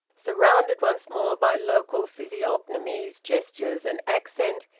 surrounded once more by local physiognomies, gestures, and accent,